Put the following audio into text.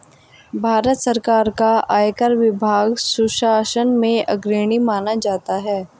भारत सरकार का आयकर विभाग सुशासन में अग्रणी माना जाता है